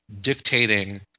dictating